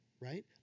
right